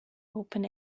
open